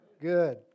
Good